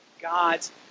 God's